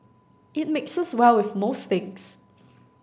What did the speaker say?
it mixes well with most things